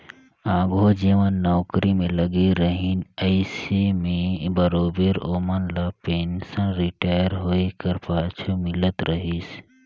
आघु जेमन नउकरी में लगे रहिन अइसे में बरोबेर ओमन ल पेंसन रिटायर होए कर पाछू मिलत रहिस